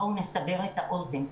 בואו נסבר את האוזן.